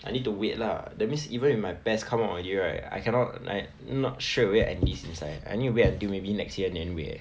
I need to wait lah that means even if my PES come out already right I cannot like not sure will I enlist inside I need to wait until maybe next year 年尾